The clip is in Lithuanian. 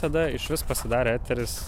tada išvis pasidarė eteris